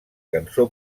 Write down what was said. cançó